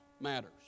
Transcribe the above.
matters